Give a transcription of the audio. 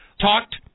talked